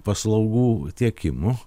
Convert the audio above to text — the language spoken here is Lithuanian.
paslaugų tiekimu